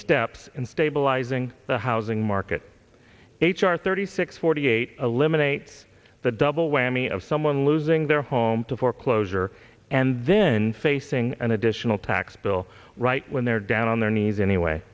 steps in stabilizing the housing market h r thirty six forty eight eliminates the double whammy of someone losing their home to foreclosure and then facing an additional tax bill right when they're down on their knees anyway